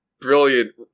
brilliant